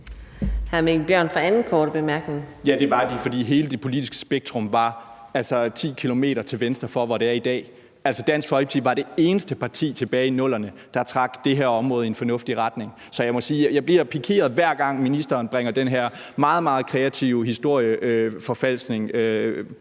Ja, det var de, fordi hele det politiske spektrum var 10 km til venstre for, hvor det er i dag. Altså, Dansk Folkeparti var det eneste parti tilbage i 00'erne, der trak det her område i en fornuftig retning. Så jeg må sige, at jeg bliver pikeret, hver gang ministeren bringer den her meget, meget kreative historieforfalskning på